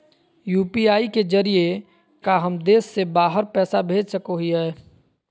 UPI के जरिए का हम देश से बाहर पैसा भेज सको हियय?